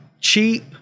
cheap